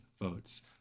votes